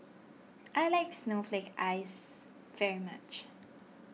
I like Snowflake Ice very much